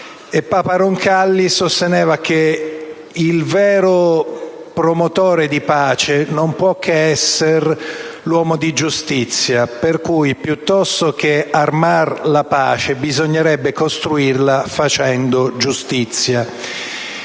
papa Roncalli sosteneva che il vero promotore di pace non può che essere l'uomo di giustizia, per cui piuttosto che armare la pace, bisognerebbe quindi costruirla facendo giustizia.